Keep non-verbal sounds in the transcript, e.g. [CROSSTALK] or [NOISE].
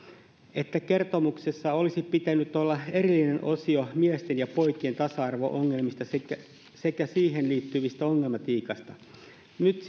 että kertomuksessa olisi pitänyt olla erillinen osio miesten ja poikien tasa arvo ongelmista sekä niihin liittyvästä ongelmatiikasta nyt [UNINTELLIGIBLE]